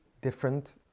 different